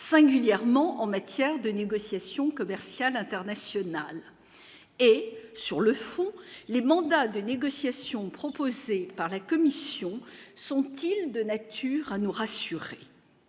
singulièrement en matière de négociations commerciales internationales et sur le fond, les mandats de négociation proposée par la commission sont-ils de nature à nous rassurer,